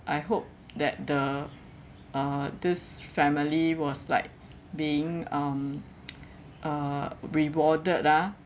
I hope that the uh this family was like being um uh rewarded ah